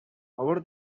over